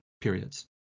periods